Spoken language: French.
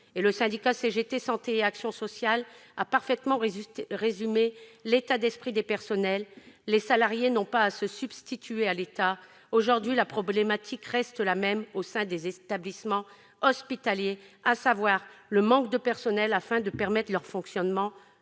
» Le syndicat CGT santé et action sociale a aussi parfaitement résumé l'état d'esprit des personnels :« Les salariés n'ont pas à se substituer à l'État [...]. Aujourd'hui, la problématique reste la même au sein des établissements hospitaliers, à savoir le manque de personnel afin de permettre leur fonctionnement